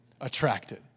attracted